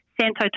Santo